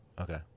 Okay